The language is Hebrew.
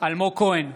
אלמוג כהן,